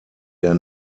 der